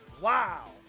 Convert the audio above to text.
wow